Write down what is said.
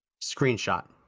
screenshot